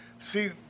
See